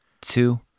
two